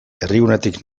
herrigunetik